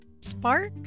spark